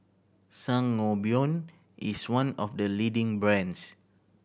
Sangobion is one of the leading brands